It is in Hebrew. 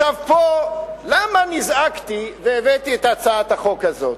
פה, למה נזעקתי והבאתי את הצעת החוק הזאת?